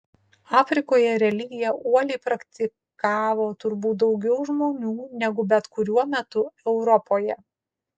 afrikoje religiją uoliai praktikavo turbūt daugiau žmonių negu bet kuriuo metu europoje